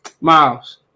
Miles